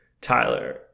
Tyler